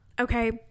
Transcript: Okay